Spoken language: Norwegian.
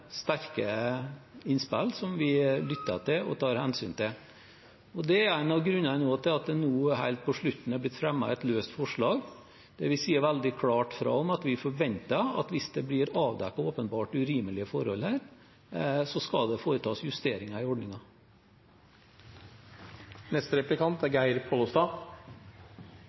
sterke innspill, som vi lytter til og tar hensyn til. Det er også en av grunnene til at det nå helt på slutten er blitt fremmet et løst forslag, der vi sier veldig klart fra om at vi forventer at hvis det blir avdekket åpenbart urimelige forhold her, skal det foretas justeringer i ordningen. Eg registrerer at Kristeleg Folkeparti er